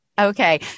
okay